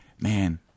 man